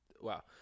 Wow